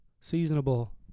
seasonable